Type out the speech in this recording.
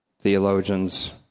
theologians